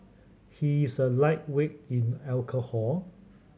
he is a lightweight in alcohol